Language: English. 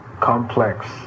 complex